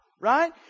right